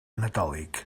nadolig